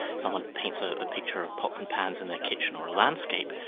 someone paints ah a picture of pots and pans in their kitchen, or a landscape,